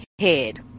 head